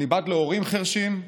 אני בת להורים חירשים,